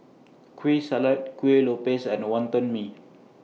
Kueh Salat Kuih Lopes and Wonton Mee